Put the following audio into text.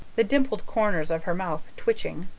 the dimpled corners of her mouth twitching.